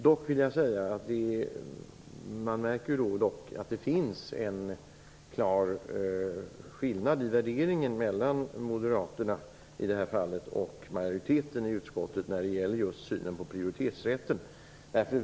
Dock vill jag säga att man märker att det finns en klar skillnad vad beträffar värderingar mellan Moderaterna i detta fall och majoriteten i utskottet när det gäller just synen på prioritetsrätten.